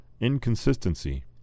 inconsistency